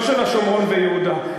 לא של השומרון ויהודה,